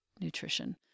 nutrition